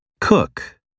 Cook